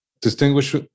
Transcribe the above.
distinguish